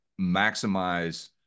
maximize